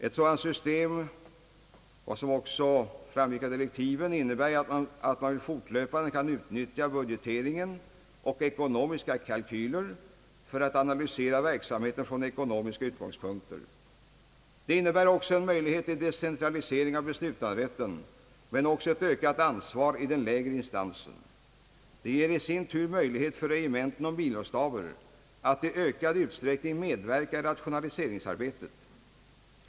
Ett sådant system — vilket också framgick av direktiven — innebär att man fortlöpande kan utnyttja budgeteringen och ekonomiska kalkyler för att analysera verksamheten från ekono miska utgångspunkter. Det innebär också en möjlighet till decentralisering av beslutanderätten men också ett ökat ansvar i den lägre instansen. Detta ger i sin tur möjlighet för regementen och milostaber att i ökad utsträckning medverka i rationaliseringsarbetet.